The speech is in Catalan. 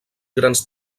grans